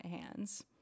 hands